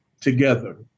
together